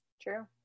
True